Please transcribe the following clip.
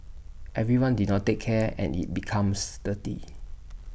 everyone did not take care and IT becomes dirty